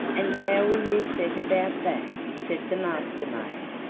and how will you set about that? said the master-maid.